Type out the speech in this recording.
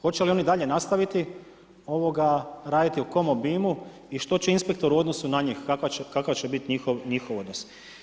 Hoće li oni dalje nastaviti raditi u kom obimu i što će inspektor u odnosu na njih, kakva že biti njihov odnos.